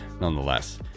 nonetheless